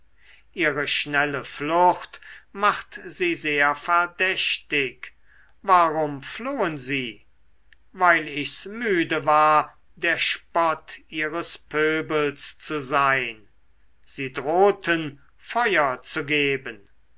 ihre schnelle flucht macht sie sehr verdächtig warum flohen sie weil ichs müde war der spott ihres pöbels zu sein sie drohten feuer zu geben